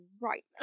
right